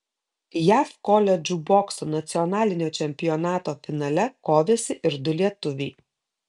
jav koledžų bokso nacionalinio čempionato finale kovėsi ir du lietuviai